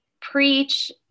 preach